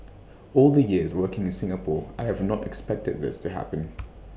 all the years working in Singapore I have not expected this to happen